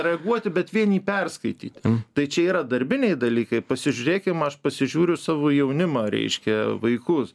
reaguoti bet vien jį perskaityti tai čia yra darbiniai dalykai pasižiūrėkim aš pasižiūriu savo jaunimą reiškia vaikus